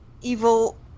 evil